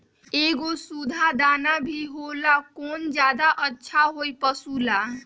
एगो सुधा दाना भी होला कौन ज्यादा अच्छा होई पशु ला?